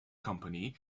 company